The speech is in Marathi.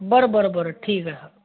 बरं बरं बरं ठीक आहे ह